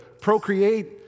procreate